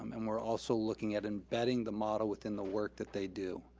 um and we're also looking at embedding the model within the work that they do.